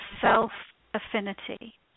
self-affinity